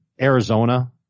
Arizona